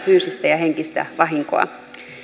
fyysistä ja henkistä vahinkoa